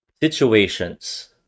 situations